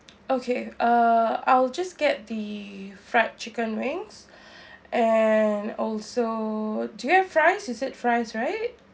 okay uh I'll just get the fried chicken wings and also do you have fries you said fries right